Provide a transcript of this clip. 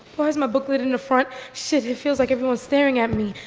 where's my booklet in the front? shit, it feels like everyone's staring at me.